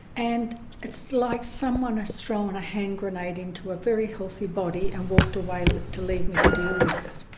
and it's like someone has thrown a hand grenade into a very healthy body and walked away to leave me to deal with it.